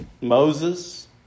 Moses